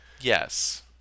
Yes